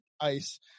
ice